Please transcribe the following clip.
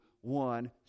one